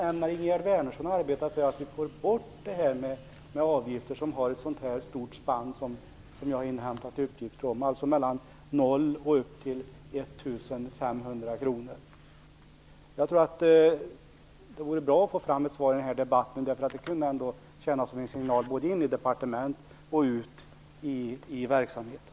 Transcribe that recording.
Ämnar Ingegerd Wärnersson arbeta för att få bort dessa avgifter, som enligt uppgifter som jag inhämtat tas ut inom ett så stort spann som från 0 och upp till 1 500 kr? Det vore bra att få ett svar på detta i denna debatt. Det kan tjäna som en signal både till departementet och ut till verksamheten.